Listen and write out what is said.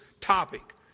topic